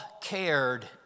cared